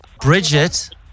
Bridget